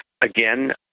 Again